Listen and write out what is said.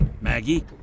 Maggie